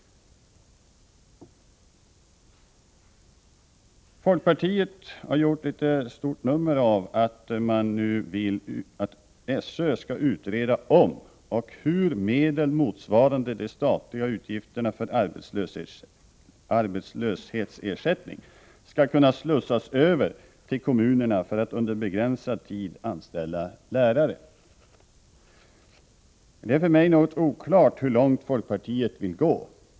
Folkpartiet har gjort ett stort nummer av att SÖ skall utreda om och hur medel motsvarande de statliga utgifterna för arbetslöshetsersättning skall slussas över till kommunerna för anställning av lärare under begränsad tid. Det är för mig något oklart hur långt folkpartiet vill gå.